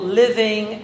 living